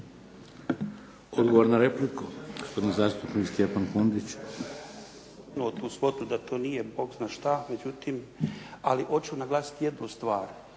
Odgovor na repliku, gospodin zastupnik Stjepan Kundić. **Kundić, Stjepan (HDZ)** ... da to nije bog zna šta, međutim ali hoću naglasiti jednu stvar.